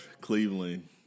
Cleveland